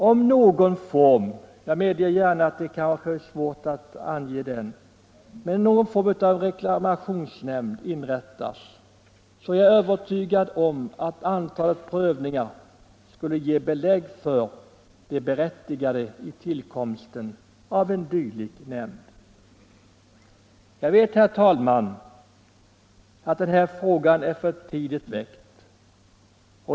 Om någon form — jag medger gärna att det kan vara svårt att ange vilken form — av reklamationsnämnd inrättas, skulle enligt min övertygelse antalet prövningar ge belägg för det berättigade i tillkomsten av en dylik nämnd. Jag vet, herr talman, att denna fråga är för tidigt väckt.